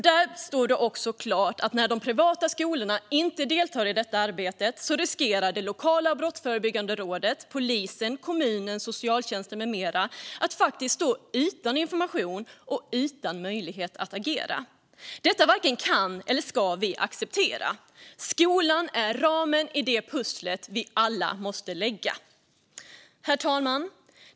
Där står det klart att när de privata skolorna inte deltar i detta arbete riskerar det lokala brottsförebyggande rådet, polisen, kommunen, socialtjänsten med flera att stå utan information och utan möjlighet att agera. Detta varken kan eller ska vi acceptera. Skolan är ramen i det pussel vi alla måste lägga. Herr talman!